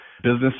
Business